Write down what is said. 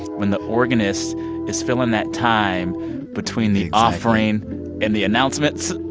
when the organist is filling that time between the offering and the announcements.